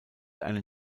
einen